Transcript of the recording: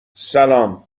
سلام